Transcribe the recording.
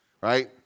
right